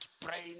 praying